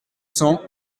cents